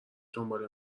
دنبال